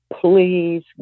please